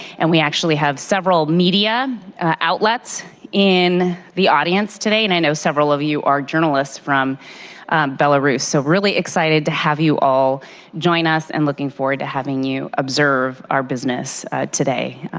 and we actually have several media outlets in the audience today. and i know several of you are journalists from belarus. so really excited to have you all join us and looking forward to having you observe our business today.